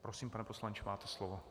Prosím, pane poslanče, máte slovo.